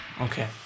Okay